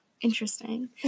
interesting